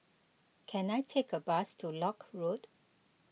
can I take a bus to Lock Road